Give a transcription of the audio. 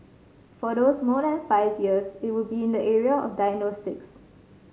for those more than five years it would be in the area of diagnostics